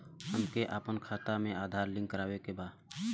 हमके अपना खाता में आधार लिंक करावे के बा?